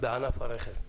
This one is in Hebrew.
בענף הרכב.